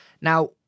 Now